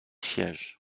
sièges